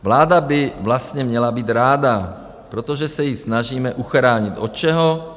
Vláda by vlastně měla být ráda, protože se ji snažíme uchránit od čeho?